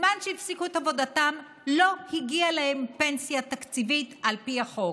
בזמן שהפסיקו את עבודתם לא הגיעה להם פנסיה תקציבית על פי החוק,